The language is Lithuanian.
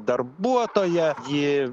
darbuotoja ji